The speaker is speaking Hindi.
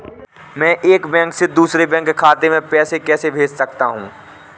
मैं एक बैंक से दूसरे बैंक खाते में पैसे कैसे भेज सकता हूँ?